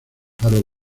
harold